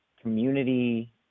community